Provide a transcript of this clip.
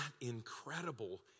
incredible